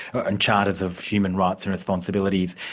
and charters of human rights and responsibilities,